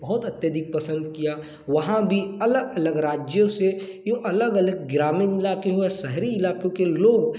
बहुत अत्यधिक पसंद किया वहाँ भी अलग अलग राज्यों से एवं अलग अलग ग्रामीण इलाके व शहरी इलाकों के लोग